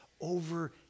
over